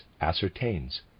ascertains